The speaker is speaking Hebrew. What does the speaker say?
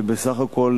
ובסך הכול,